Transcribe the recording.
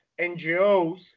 NGOs